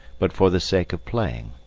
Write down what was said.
but for the sake of playing.